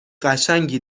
قشنگی